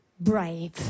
brave